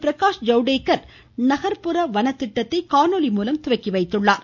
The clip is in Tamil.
பிரகாஷ் ஜவ்டேகர் நகர்ப்புற வன திட்டத்தை காணொலி மூலம் இன்று துவக்கி வைத்தார்